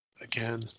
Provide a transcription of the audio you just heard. again